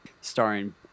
starring